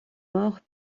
mort